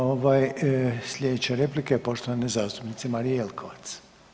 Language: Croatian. Ovaj, sljedeća replika je poštovane zastupnice Marije Jelkovac.